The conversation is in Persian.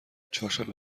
چهارشنبه